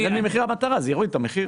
וממחיר המטרה זה יוריד את המחיר.